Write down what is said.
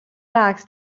bags